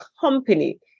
company